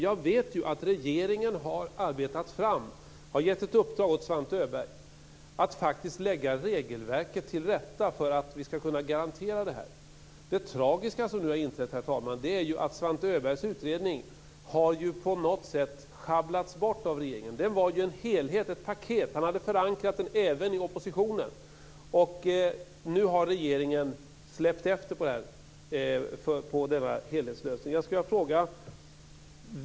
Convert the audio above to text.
Jag vet att regeringen har gett ett uppdrag åt Svante Öberg att lägga regelverket till rätta för att vi ska kunna garantera detta. Det tragiska som nu har inträtt, herr talman, är att Svante Öbergs utredning på något sätt har sjabblats av regeringen. Den var en helhet, ett paket. Han hade förankrat den även i oppositionen. Nu har regeringen släppt efter på denna helhetslösning.